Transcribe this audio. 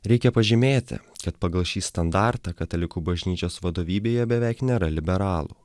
reikia pažymėti kad pagal šį standartą katalikų bažnyčios vadovybėje beveik nėra liberalų